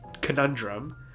conundrum